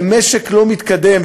למשק לא מתקדם.